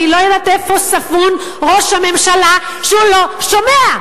אני לא יודעת איפה ספון ראש הממשלה, שהוא לא שומע.